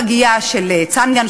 פנינו לפגייה של צנגן,